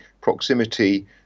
proximity